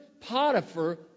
Potiphar